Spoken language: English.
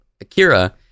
Akira